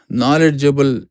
knowledgeable